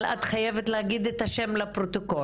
אבל את חייבת להגיד את השם לפרוטוקול.